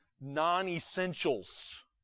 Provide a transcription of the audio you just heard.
non-essentials